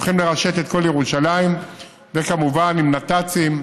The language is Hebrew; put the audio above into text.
הולכים לרשת את כל ירושלים כמובן עם נתצ"ים,